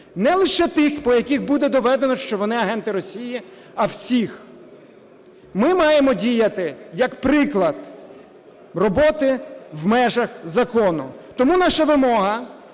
Не лише тих, по яких буде доведено, що вони агенти Росії, а всіх. Ми маємо діяти, як приклад роботи, в межах закону. Тому наша вимога,